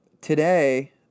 today